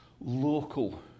local